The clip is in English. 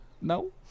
No